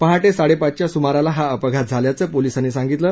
पहाटे साडेपाचच्या सुमारास हा अपघात झाल्याचं पोलिसांनी सांगितलं